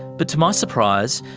but to my surprise,